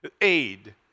Aid